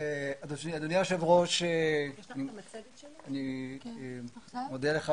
אדוני היושב ראש, אני מודה לך